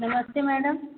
नमस्ते मैडम